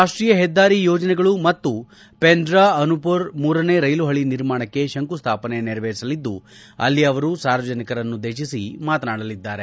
ರಾಷ್ಷೀಯ ಹೆದ್ದಾರಿ ಯೋಜನೆಗಳು ಮತ್ತು ಪೆನ್ಡಾ ಅನುಪುರ್ ಮೂರನೇ ರೈಲು ಹಳಿ ನಿರ್ಮಾಣಕ್ಕೆ ಶಂಕುಸ್ಲಾಪನೆ ನೆರವೇರಿಸಲಿದ್ದು ಅಲ್ಲಿ ಅವರು ಸಾರ್ವಜನಿಕರನ್ನು ಉದ್ದೇಶಿಸಿ ಮಾತನಾಡಲಿದ್ದಾರೆ